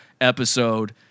episode